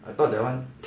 I thought that [one]